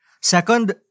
Second